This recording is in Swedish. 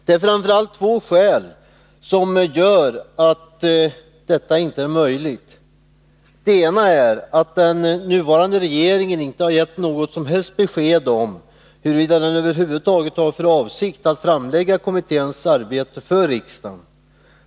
Det är framför allt av två skäl som detta inte är möjligt. Det ena är att den nuvarande regeringen inte har givit något som helst besked om, huruvida den över huvud taget har för avsikt att framlägga resultatet av kommitténs arbete för riksdagen.